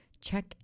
check